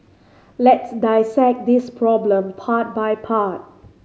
let's dissect this problem part by part